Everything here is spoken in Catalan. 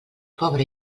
pobre